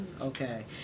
Okay